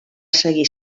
seguir